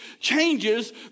changes